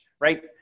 right